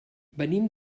venim